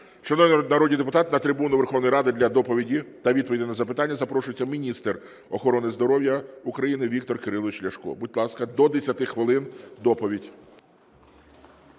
Шановні народні депутати, на трибуну Верховної Ради для доповіді та відповідей на запитання запрошується міністр охорони здоров'я України Віктор Кирилович Ляшко. Будь ласка, до 10 хвилин доповідь.